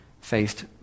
faced